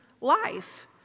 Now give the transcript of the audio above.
life